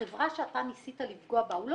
החברה שאתה ניסית לפגוע בה - הוא לא